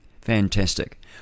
Fantastic